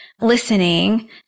listening